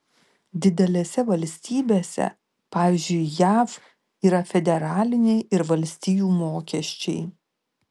didelėse valstybėse pavyzdžiui jav yra federaliniai ir valstijų mokesčiai